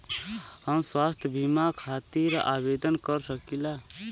हम स्वास्थ्य बीमा खातिर आवेदन कर सकीला?